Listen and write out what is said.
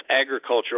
agricultural